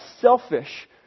selfish